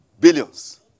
billions